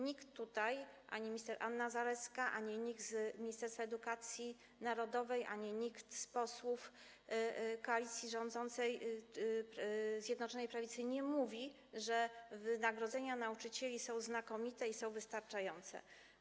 Nikt tutaj, ani minister Anna Zalewska, ani nikt z Ministerstwa Edukacji Narodowej, ani nikt z posłów koalicji rządzącej ze Zjednoczonej Prawicy, nie mówi, że wynagrodzenia nauczycieli są znakomite i że są wystarczające.